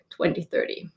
2030